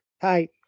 Hi